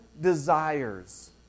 desires